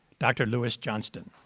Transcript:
dr. louis johnston.